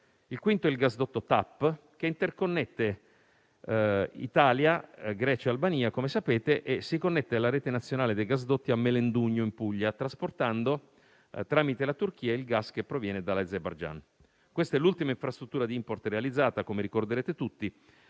Adriatic pipeline (TAP), che interconnette Italia, Grecia e Albania, come sapete, e si connette alla rete nazionale dei gasdotti a Melendugno, in Puglia, trasportando - tramite la Turchia - il gas che proviene dall'Azerbaijan. Questa è l'ultima infrastruttura di *import* realizzata, come ricorderete tutti,